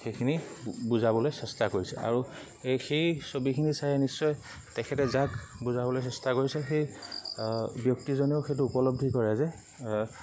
সেইখিনি বুজাবলৈ চেষ্টা কৰিছে আৰু এই সেই ছবিখিনি চাৰে নিশ্চয় তেখেতে যাক বুজাবলৈ চেষ্টা কৰিছে সেই ব্যক্তিজনেও সেইটো উপলব্ধি কৰে যে